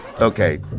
Okay